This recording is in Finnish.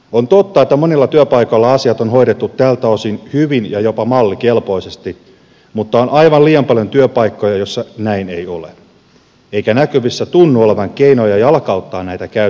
on totta että monilla työpaikoilla asiat on hoidettu tältä osin hyvin ja jopa mallikelpoisesti mutta on aivan liian paljon työpaikkoja joilla näin ei ole eikä näkyvissä tunnu olevan keinoja jalkauttaa näitä käytäntöjä sinne